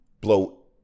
blow